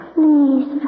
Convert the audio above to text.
Please